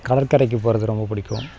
கடற்கரைக்குப் போவது ரொம்பப் பிடிக்கும்